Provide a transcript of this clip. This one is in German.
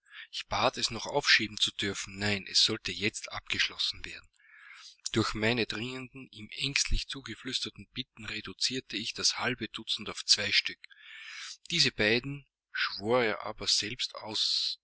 ich bat es noch aufschieben zu dürfen nein es sollte jetzt abgeschlossen werden durch meine dringenden ihm ängstlich zugeflüsterten bitten reduzierte ich das halbe dutzend auf zwei stück diese beiden schwor er aber selbst auswählen